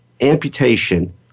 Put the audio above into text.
amputation